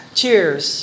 cheers